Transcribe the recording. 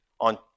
on